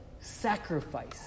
sacrifice